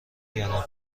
یانه